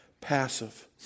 passive